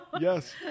yes